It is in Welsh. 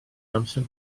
amser